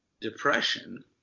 depression